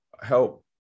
help